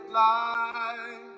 light